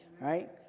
right